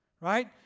Right